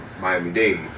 Miami-Dade